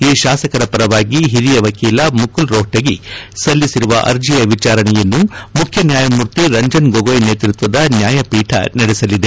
ಈ ಶಾಸಕರ ಪರವಾಗಿ ಹಿರಿಯ ವಕೀಲ ಮುಕುಲ್ ರೋಹ್ವಗಿ ಸಲ್ಲಿಸಿರುವ ಅರ್ಜಿಯ ವಿಚಾರಣೆಯನ್ನು ಮುಖ್ಯ ನ್ನಾಯಮೂರ್ತಿ ರಂಜನ್ ಗೊಗೋಯ್ ನೇತೃತ್ವದ ನ್ನಾಯಪೀಠ ನಡೆಸಲಿದೆ